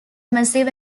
massive